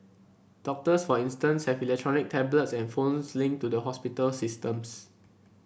doctors for instance have electronic tablets and phones linked to the hospital systems